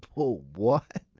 whoa. what?